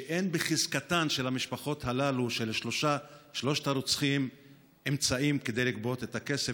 שאין בחזקתן של המשפחות הללו של שלושת הרוצחים אמצעים כדי לשלם את הכסף,